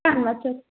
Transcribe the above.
ਧੰਨਵਾਦ ਸਰ